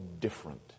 different